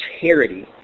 charity